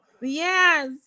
Yes